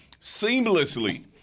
seamlessly